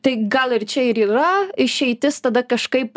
tai gal ir čia ir yra išeitis tada kažkaip